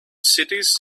cities